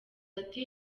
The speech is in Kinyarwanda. ati